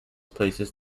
places